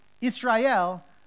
Israel